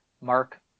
Mark